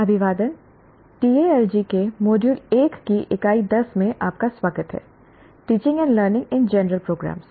अभिवादन TALG के module 1 की इकाई 10 में आपका स्वागत है teaching and learning in general programmes